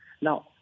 Now